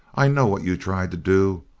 i know what you tried to do.